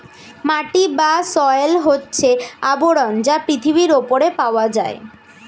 মাটি বা সয়েল হচ্ছে আবরণ যা পৃথিবীর উপরে পাওয়া যায়